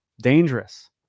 dangerous